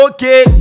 Okay